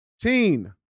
teen